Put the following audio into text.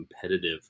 competitive